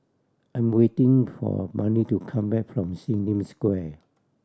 I'm waiting for Mandi to come back from Sim Lim Square